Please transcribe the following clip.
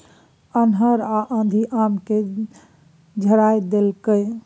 अन्हर आ आंधी आम के झाईर देलकैय?